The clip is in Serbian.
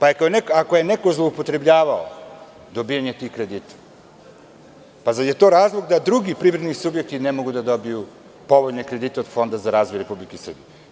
Ako je neko zloupotrebljavao dobijanje kredita, zar je to razlog da i drugi privredni subjekti ne mogu da dobiju povoljne kredite Fonda za razvoj Republike Srbije?